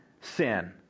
sin